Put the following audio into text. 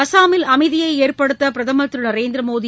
அஸ்ஸாமில் அமைதியை ஏற்படுத்த பிரதமர் திரு நரேந்திர மோடி